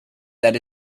that